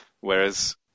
whereas